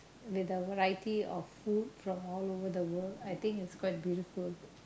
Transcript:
with a variety of food from all over the world I think it's quite beautiful